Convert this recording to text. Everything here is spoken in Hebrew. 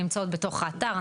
נמצאות בתוך האתר,